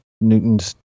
Newton's